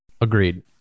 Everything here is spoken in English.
agreed